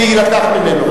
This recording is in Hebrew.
זה יילקח ממנו.